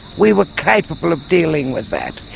we were capable of dealing with that,